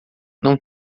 não